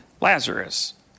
Lazarus